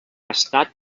estat